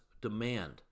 demand